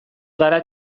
gara